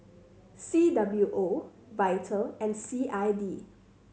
C W O Vital and C I D